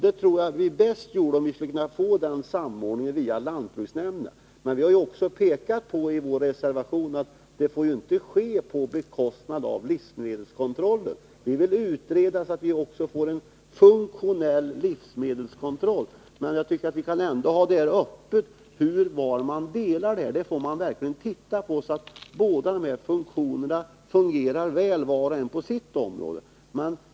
Jag tror att vi bäst skulle göra det om vi fick samordningen via lantbruksnämnderna. Men vi har i vår reservation pekat på att detta inte får ske på bekostnad av livsmedelskontrollen. Vi vill utreda, så att vi också får en funktionell livsmedelskontroll. Men vi kan ändå hålla frågan öppen hur en delning skall ske. Man får verkligen titta på detta, så att båda dessa verksamheter fungerar väl, var och en på sitt område.